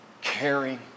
caring